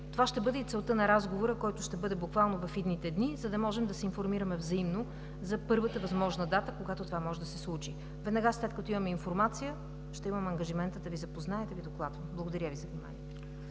Това ще бъде и целта на разговора, който ще бъде буквално в идните дни, за да можем да се информираме взаимно за първата възможна дата, когато това може да се случи. Веднага след като имаме информация, ще имам ангажимента да Ви запозная и да Ви докладвам. Благодаря Ви за вниманието.